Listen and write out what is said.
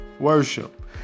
Worship